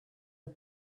the